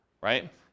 right